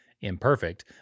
imperfect